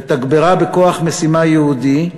לתגברה בכוח משימה יהודי,